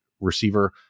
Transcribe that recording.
receiver